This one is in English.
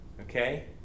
okay